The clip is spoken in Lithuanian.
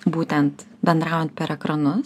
būtent bendraujant per ekranus